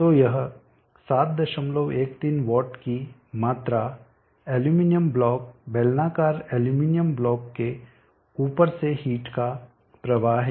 तो यह 713 वाट की मात्रा एल्यूमीनियम ब्लॉक बेलनाकार एल्यूमीनियम ब्लॉक के ऊपर से हीट का प्रवाह है